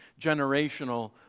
generational